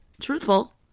truthful